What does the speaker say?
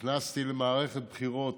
נכנסתי למערכת בחירות